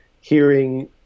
hearing